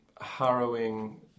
harrowing